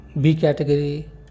B-category